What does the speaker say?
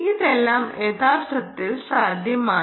ഇതെല്ലാം യഥാർത്ഥത്തിൽ സാധ്യമാണ്